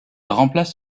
remplace